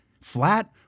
Flat